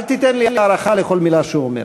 אל תיתן לי הערכה לכל מילה שהוא אומר.